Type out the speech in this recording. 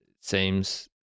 seems